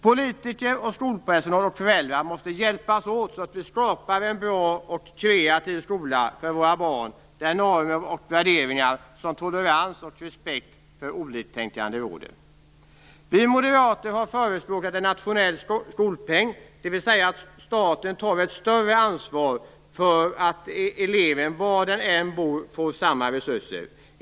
Politiker, skolpersonal och föräldrar måste hjälpas åt att skapa en bra och kreativ skola för våra barn, där normer och värderingar som tolerans och respekt för oliktänkande råder. Vi moderater har förespråkat en nationell skolpeng, dvs. att staten tar ett större ansvar för att eleven, var han eller hon än bor, får samma resurser.